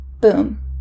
boom